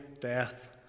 death